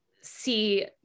see